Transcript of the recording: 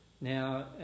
Now